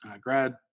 grad